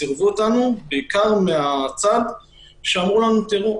סירבו לנו בעיקר מהצד שאמרו לנו: תיראו,